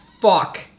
fuck